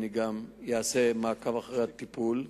אני גם אעשה מעקב אחרי הטיפול,